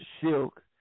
Silk